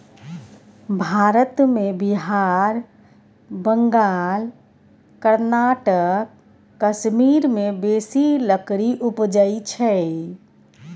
भारत मे बिहार, बंगाल, कर्नाटक, कश्मीर मे बेसी लकड़ी उपजइ छै